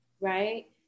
right